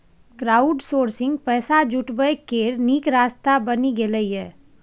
crowdsourcing पैसा जुटबै केर नीक रास्ता बनि गेलै यै